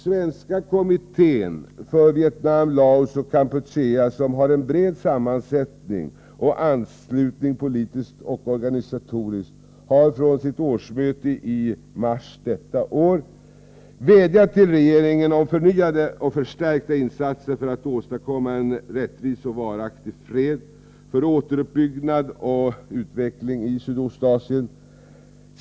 Svenska kommittén för Vietnam, Laos och Kampuchea, som har en bred sammansättning och anslutning politiskt och organisatoriskt, har vid sitt årsmöte i mars detta år vädjat till regeringen om förnyade och förstärkta insatser för att åstadkomma en rättvis och varaktig fred för återuppbyggnad och utveckling i Sydostasien.